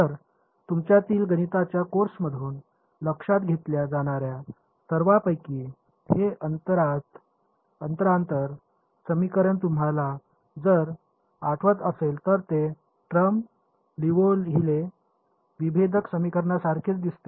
तर तुमच्यातील गणिताच्या कोर्समधून लक्षात घेतल्या जाणार्या सर्वांपैकी हे अंतरांतर समीकरण तुम्हाला जर आठवत असेल तर ते स्ट्रम लिओव्हिले विभेदक समीकरणासारखेच दिसते